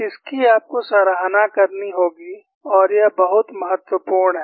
इसकी आपको सराहना करनी होगी और यह बहुत महत्वपूर्ण है